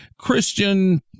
christian